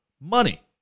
money